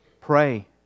Pray